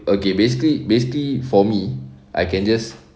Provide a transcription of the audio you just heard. okay basically basically for me I can just